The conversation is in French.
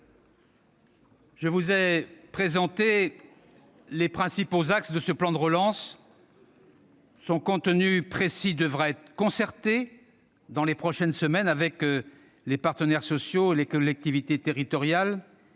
Je vous ai présenté les principaux axes de ce plan de relance. Son contenu précis devra faire l'objet d'une concertation, dans les prochaines semaines, avec les partenaires sociaux et les collectivités territoriales,